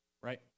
Right